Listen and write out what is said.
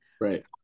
right